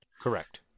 Correct